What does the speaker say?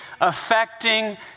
affecting